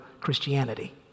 Christianity